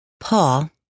Paul